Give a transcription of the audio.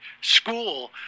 school